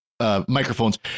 Microphones